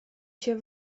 się